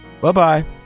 Bye-bye